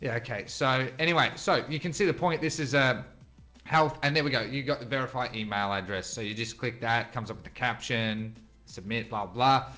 yeah okay so anyway, so you can see the point. this is a health and there we go. you got the verify email address so you just click that comes up with the caption submit blah blah,